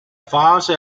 fase